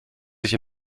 sich